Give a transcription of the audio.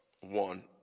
one